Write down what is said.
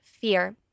fear